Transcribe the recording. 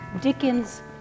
Dickens